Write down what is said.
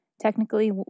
technically